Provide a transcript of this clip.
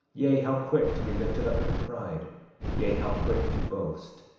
yea, how quick to be lifted up in pride yea, how quick to boast,